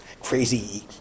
crazy